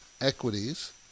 equities